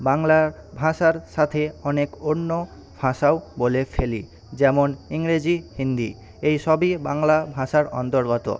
বাংলা ভাষার সাথে অনেক অন্য ভাষাও বলে ফেলি যেমন ইংরেজি হিন্দি এইসবই বাংলা ভাষার অন্তর্গত